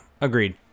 agreed